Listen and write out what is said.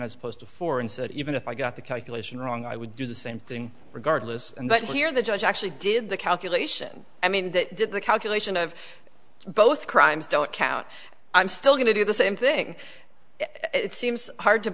as opposed to four and said even if i got the calculation wrong i would do the same thing regardless and that here the judge actually did the calculation i mean that did the calculation of both crimes don't count i'm still going to do the same thing it seems hard to